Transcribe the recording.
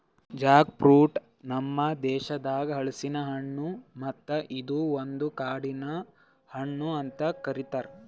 Jack fruit ನಮ್ ದೇಶದಾಗ್ ಹಲಸಿನ ಹಣ್ಣು ಮತ್ತ ಇದು ಒಂದು ಕಾಡಿನ ಹಣ್ಣು ಅಂತ್ ಕರಿತಾರ್